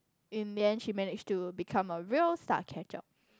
in the end she manage to become a real star catcher